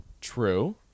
True